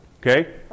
Okay